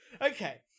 Okay